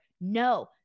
no